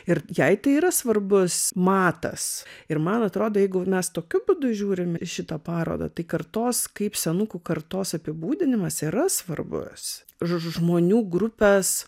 ir jai tai yra svarbus matas ir man atrodo jeigu mes tokiu būdu žiūrim į šitą parodą tai kartos kaip senukų kartos apibūdinimas yra svarbus žmonių grupės